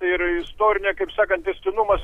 tai ir istorinė kaip sakant tęstinumas